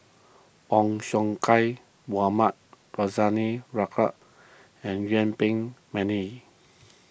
Ong Siong Kai Mohamed Rozani and Yuen Peng McNeice